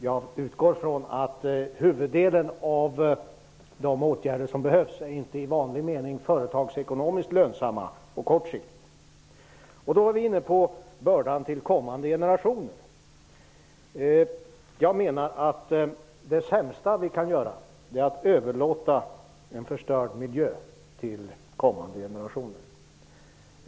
Jag utgår från att huvuddelen av de åtgärder som behövs inte i vanlig mening är företagsekonomiskt lönsamma på kort sikt. Då kommer vi in på bördan till kommande generationer. Jag menar att det sämsta vi kan göra är att överlåta en förstörd miljö till kommande generationer.